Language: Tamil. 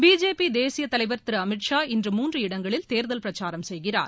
பிஜேபி தேசியத்தலைவா் திரு அமீத் ஷா இன்று மூன்று இடங்களில் தேர்தல் பிரச்சாரம் செய்கிறார்